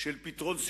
נכון.